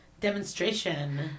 demonstration